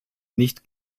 nicht